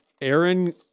Aaron